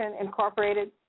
Incorporated